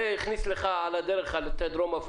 אבל זה כשקראתי את סעיפים (1),